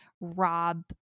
rob